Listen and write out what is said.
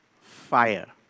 fire